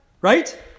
Right